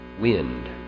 wind